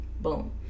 Boom